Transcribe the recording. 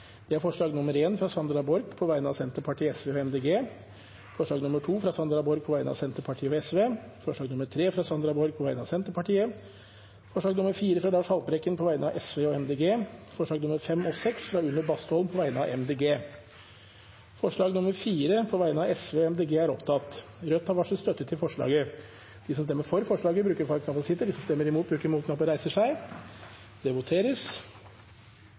alt seks forslag. Det er forslag nr. 1, fra Sandra Borch på vegne av Senterpartiet, Sosialistisk Venstreparti og Miljøpartiet De Grønne forslag nr. 2, fra Sandra Borch på vegne av Senterpartiet og Sosialistisk Venstreparti forslag nr. 3, fra Sandra Borch på vegne av Senterpartiet forslag nr. 4, fra Lars Haltbrekken på vegne av Sosialistisk Venstreparti og Miljøpartiet De Grønne forslagene nr. 5 og 6, fra Une Bastholm på vegne av Miljøpartiet De Grønne Det voteres